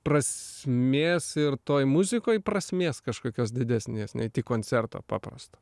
prasmės ir toj muzikoj prasmės kažkokios didesnės ne tik koncerto paprasto